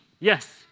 Yes